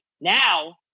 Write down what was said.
Now